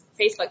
Facebook